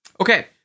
Okay